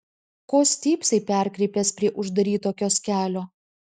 ko stypsai perkrypęs prie uždaryto kioskelio